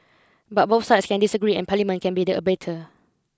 but both sides can disagree and Parliament can be the arbiter